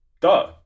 Duh